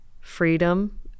freedom